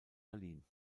berlin